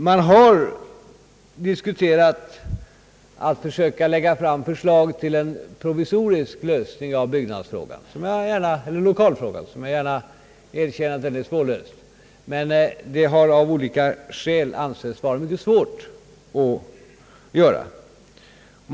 Man har diskuterat att försöka lägga fram förslag till en provisorisk lösning av lokalfrågan, som jag gärna erkänner är svårlöst. Det har emellertid av olika skäl ansetts vara mycket besvärligt att göra det.